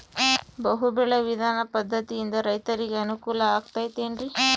ಬಹು ಬೆಳೆ ವಿಧಾನ ಪದ್ಧತಿಯಿಂದ ರೈತರಿಗೆ ಅನುಕೂಲ ಆಗತೈತೇನ್ರಿ?